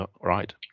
Right